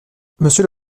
monsieur